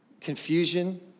Confusion